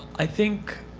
i think